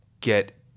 get